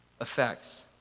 effects